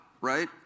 right